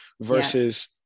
versus